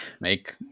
Make